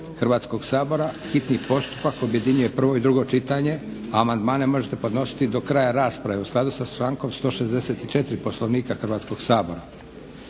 Hrvatskoga sabora hitni postupak objedinjuje prvo i drugo čitanje, a amandmane možete podnositi do kraja rasprave u skladu sa člankom 164. Poslovnika Hrvatskoga sabor.